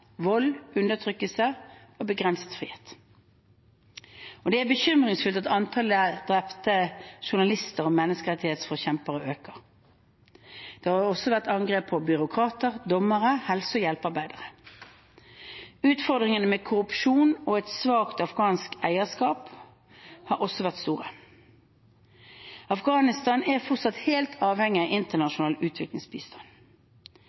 vold, undertrykkelse og begrenset frihet. Det er bekymringsfullt at antall drepte journalister og menneskerettighetsforkjempere øker. Det har også vært angrep på byråkrater, dommere, helse- og hjelpearbeidere. Utfordringene med korrupsjon og et svakt afghansk eierskap har også vært store. Afghanistan er fortsatt helt avhengig av